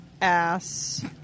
ass